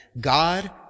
God